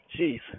jeez